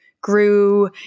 grew